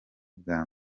bwa